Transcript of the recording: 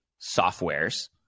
softwares